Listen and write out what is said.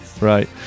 Right